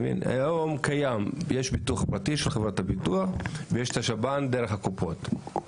היום קיים יש ביטוח פרטי של חברת הביטוח ויש את השב"ן דרך הקופות.